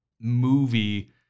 movie